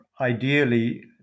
ideally